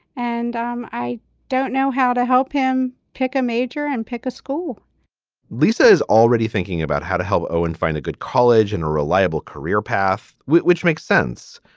and um i don't know how to help him pick a major and pick a school lisa is already thinking about how to help. oh, and find a good college and a reliable career path, which makes sense.